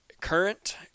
current